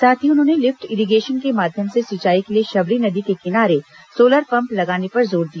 साथ ही उन्होंने लिफ्ट इरीगेशन के माध्यम से सिंचाई के लिए शबरी नदी के किनारे सोलर पम्प लगाने पर जोर दिया